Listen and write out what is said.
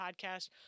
Podcast